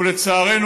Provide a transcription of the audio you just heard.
לצערנו,